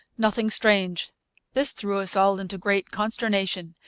nothing strange this threw us all into great consternation,